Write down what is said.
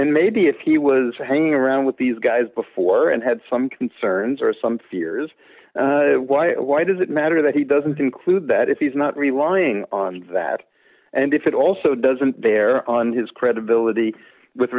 and maybe if he was hanging around with these guys before and had some concerns or some fears why why does it matter that he doesn't include that if he's not relying on that and if it also doesn't bear on his credibility with